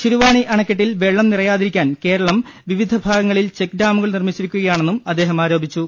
ശിരുവാണി അണക്കെട്ടിൽ വെള്ളം നിറയാതിരിക്കാൻ കേരളം വിവിധ ഭാഗങ്ങളിൽ ചെക്ഡാമുകൾ നിർമ്മിച്ചിരിക്കുകയാണെന്നും അദ്ദേഹം ആരോപിച്ചു